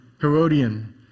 Herodian